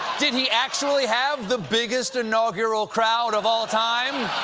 did he actually have the biggest inaugural crowd of all time?